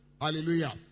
Hallelujah